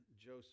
Joseph